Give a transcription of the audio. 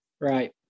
Right